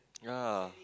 ya